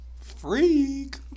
Freak